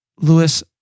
Lewis